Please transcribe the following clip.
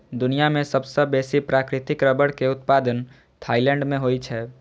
दुनिया मे सबसं बेसी प्राकृतिक रबड़ के उत्पादन थाईलैंड मे होइ छै